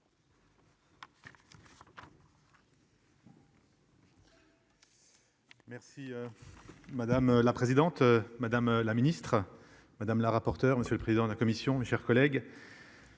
Merci. Madame la présidente, madame la ministre madame la rapporteure. Monsieur le président de la commission. Mes chers collègues.